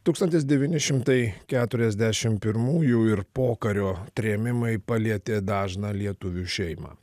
tūkstantis devyni šimtai keturiasdešimt pirmųjų ir pokario trėmimai palietė dažną lietuvių šeimą